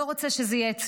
ולא רוצה שזה יהיה אצלו.